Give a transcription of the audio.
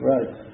Right